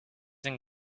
and